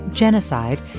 genocide